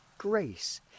Grace